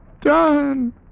done